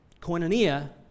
Koinonia